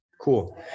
Cool